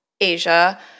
Asia